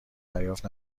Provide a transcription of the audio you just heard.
دریافت